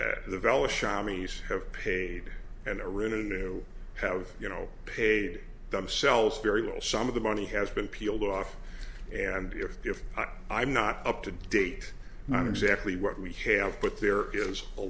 meese have paid and are in a new have you know paid themselves very well some of the money has been peeled off and if i'm not up to date on exactly what we have but there is a